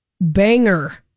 banger